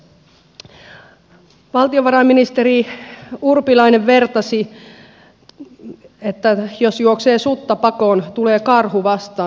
valtiovarainministeri urpilainen vertasi että jos juoksee sutta pakoon tulee karhu vastaan